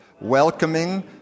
welcoming